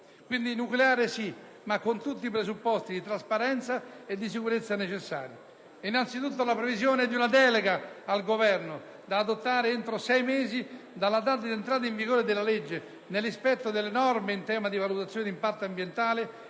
Quindi nucleare sì, ma con tutti i presupposti di trasparenza e sicurezza necessari. Innanzitutto, la previsione di una delega al Governo ad adottare, entro sei mesi dalla data di entrata in vigore della legge, nel rispetto delle norme in tema di valutazione di impatto ambientale